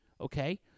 okay